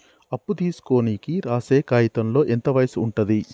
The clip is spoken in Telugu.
అప్పు తీసుకోనికి రాసే కాయితంలో ఎంత వయసు ఉంటది?